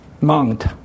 Mount